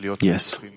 Yes